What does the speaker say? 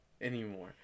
anymore